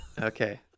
Okay